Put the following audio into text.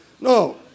No